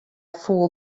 foel